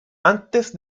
antes